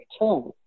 return